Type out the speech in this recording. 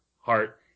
heart